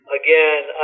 again